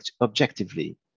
objectively